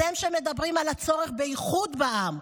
אתם, שמדברים על הצורך באיחוד בעם,